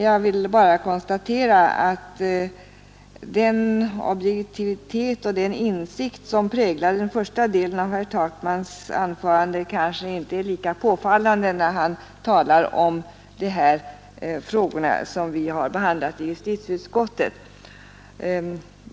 Jag vill bara konstatera att den objektivitet och den insikt som präglade första delen av herr Takmans anförande kanske inte är lika påfallande när han talar om de frågor som vi har behandlat i justitieutskottet.